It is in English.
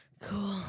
Cool